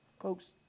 Folks